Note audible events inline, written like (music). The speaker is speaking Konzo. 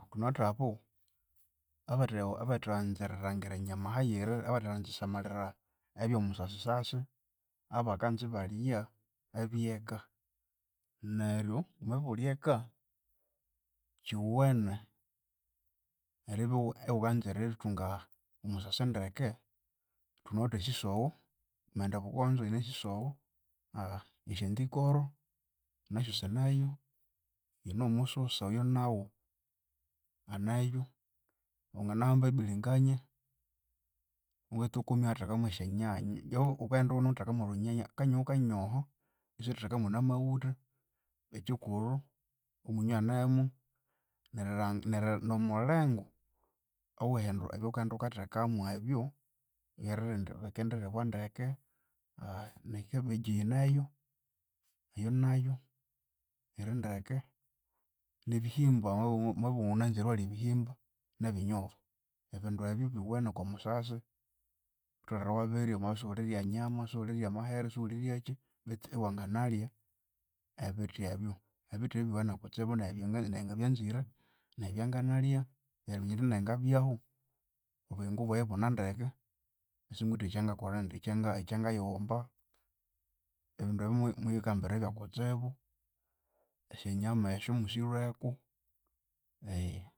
Thunawithe abu, abathi yi- abathanza erilhangira enyama ahayiri abathanza erisamalira ebyomusasi musasi abakanza balya ebyeka. Neryu wamabya iwuli eka kyowene eribya iwukanza erithunga omusasi ndeke. Wamaghenda ebukonzo thunawithe esisowo (hesitation) nesyantikoro nasyu sineyo, yine nomususa oyonawu aneyo, wanganahamba ebilinganya iwatokomyayo iwatheka mwesyanyanya wukaghenda iwunemuteka mwolhunyanya kanyoho kanyoho isiwathathekamu na maghutha ekyikulhu omunyu anemu nerilhangira nomulhengu owehendulha ebyawukaghenda wukathekamu ebyo, ryerindi bikendilibwa ndeke (hesitation) nekabbage yineyu eyu nayu yirindeke nebihimba wamabya iwunanzire iwalya ebihimba nebinyobwa. Ebindu ebyo biwene okwamusasi wutholere iwabirya wamabya isiwulirya nyama, isiwulirya amahere, isiwuliryakyi, iwanganalya ebithi ebyo. Ebithi ebyo byuwene kutsibu nayinga nayingabyanzire nayi byanganalya eriminya nayi indi ngabyahu obuyingu bwayi ibune ndeke singwithe ekyangakola indi ekyangaghiwomba. Ebindu ebyo muyikambire byakutsibu, esyonyama esyo musilweku. (hesitation)